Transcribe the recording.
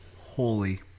Holy